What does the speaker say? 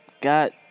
got